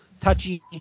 Touchy